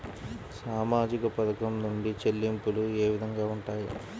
సామాజిక పథకం నుండి చెల్లింపులు ఏ విధంగా ఉంటాయి?